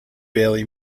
barely